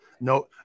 No